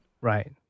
Right